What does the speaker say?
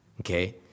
okay